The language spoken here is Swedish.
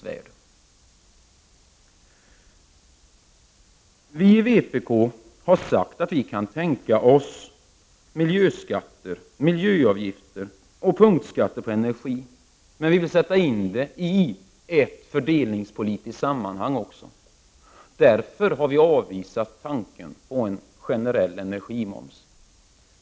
Vi i vpk har sagt att vi kan tänka oss miljöskatter, miljöavgifter och punktskatter på energi. Men vi vill sätta in dem i ett fördelningspolitiskt sammanhang. Därför har vi avvisat tanken på en generell energimoms.